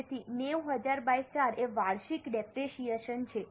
તેથી 90000 બાય 4 એ વાર્ષિક ડેપરેશીયેશન છે